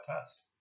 test